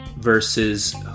versus